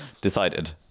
decided